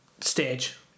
stage